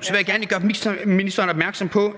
Så vil jeg gerne lige gøre ministeren opmærksom på,